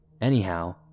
Anyhow